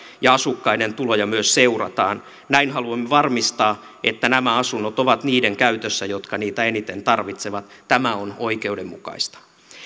ja asukkaiden tuloja myös seurataan näin haluamme varmistaa että nämä asunnot ovat niiden käytössä jotka niitä eniten tarvitsevat tämä on oikeudenmukaista